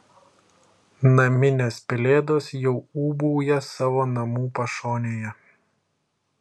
naminės pelėdos jau ūbauja savo namų pašonėje